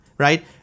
right